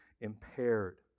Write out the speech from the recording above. impaired